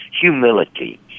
Humility